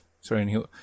Sorry